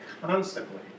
constantly